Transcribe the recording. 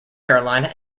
carolina